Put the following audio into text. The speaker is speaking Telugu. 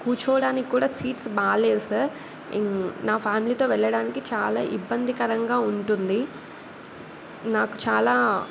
కూర్చోవడానికి కూడా సీట్స్ బాగా లేవు సార్ నా ఫ్యామిలీతో నేను వెళ్ళడానికి చాలా ఇబ్బందికరంగా ఉంటుంది నాకు చాలా